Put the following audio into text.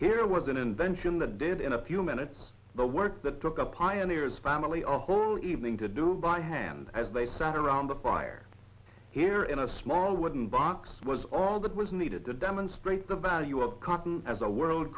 here was an invention that did in a few minutes the work that took up pioneers family our whole evening to do by hand as they sat around the fire here in a small wooden box was all that was needed to demonstrate the value of cotton as a world